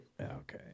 okay